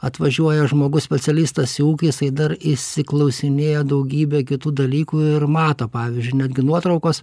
atvažiuoja žmogus specialistas į ūkį jisai dar išsiklausinėja daugybė kitų dalykų ir mato pavyzdžiui netgi nuotraukos